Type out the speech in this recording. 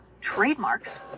Trademarks